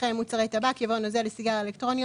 אחרי "מוצרי טבק" יבוא "נוזל לסיגריות אלקטרוניות,